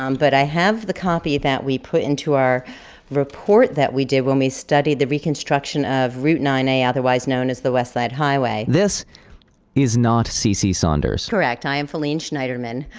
um but i have the copy that we put into our report that we did when we studied the reconstruction of route nine a, otherwise known as the west side highway. this is not cece cece saunders correct. i am faline schneiderman.